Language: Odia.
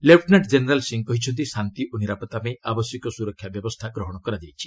ଲେପୁନାଙ୍କ ଜେନେରାଲ୍ ସିଂହ କହିଛନ୍ତି ଶାନ୍ତି ଓ ନିରାପତ୍ତା ପାଇଁ ଆବଶ୍ୟକୀୟ ସୁରକ୍ଷା ବ୍ୟବସ୍ଥା ଗ୍ରହଣ କରାଯାଇଛି